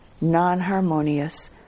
non-harmonious